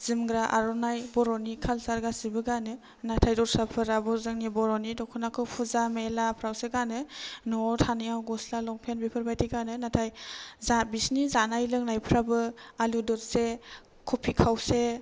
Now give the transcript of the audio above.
जोमग्रा आर'नाइ बर'नि कालसार गासिबो गानो नाथाय दस्राफोराबो जोंनि बर'नि दख'नाखौ फुजा मेलाफ्रावसो गानो न'आव थानायाव गस्ला लंफेन बेफेरबायदि गानो नाथाय जा बिसिनि जानाय लोंनायफ्राबो आलु दरसे कफि खावसे